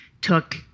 took